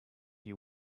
you